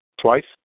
Twice